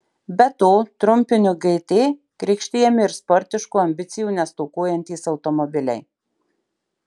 be to trumpiniu gt krikštijami ir sportiškų ambicijų nestokojantys automobiliai